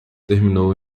terminou